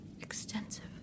extensive